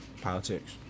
Politics